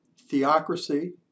Theocracy